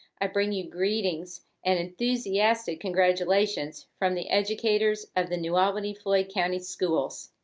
i bring you greetings and enthusiastic congratulations from the educators of the new albany-floyd county schools.